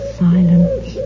silence